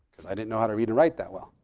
i didn't know how to read or write that well,